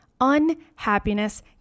unhappiness